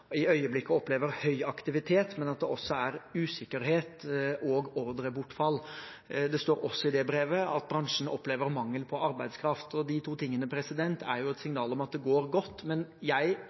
i øyeblikket opplever høy aktivitet, men at det også er usikkerhet og ordrebortfall. Det står også i det brevet at bransjen opplever mangel på arbeidskraft. De to tingene er jo et signal om at det går godt, men jeg